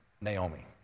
Naomi